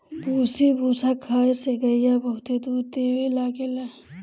भूसी भूसा खाए से गईया बहुते दूध देवे लागेले